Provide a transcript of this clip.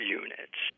units